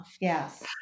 yes